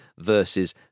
versus